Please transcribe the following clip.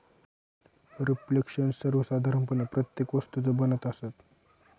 reflection सर्वसाधारणपणे प्रत्येक वस्तूचं बनत असतं